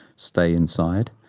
stay inside.